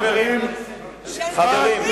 חברים,